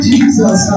Jesus